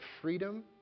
freedom